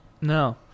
No